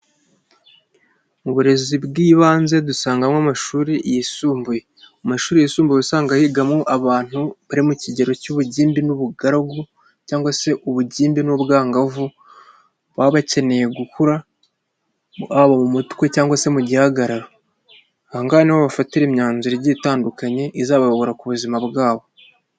Uburezi bw'ibanze dusangamo amashuri yisumbuye, mu mashuri yisumbuye uba usanga higamo abantu bari mu kigero cy'ubugimbi n'ubugaragu cyangwa se ubugimbi n'ubwangavu, baba bakeneye gukura haba mu mutwe cyangwa se mu gihagararo, ahangaha niho babafatira imyanzuro igiye itandukanye izabayobora ku buzima bwabo.